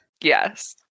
Yes